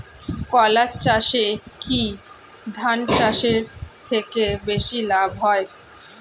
কলা চাষে কী ধান চাষের থেকে বেশী লাভ হয়?